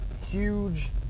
Huge